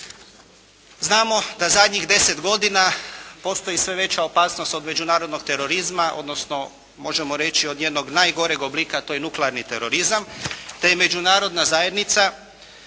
Znamo da zadnjih deset godina postoji sve veća opasnost od međunarodnog terorizma odnosno možemo reći od njenog najgoreg oblika a to je nuklearni terorizam te je Međunarodna zajednica 2005.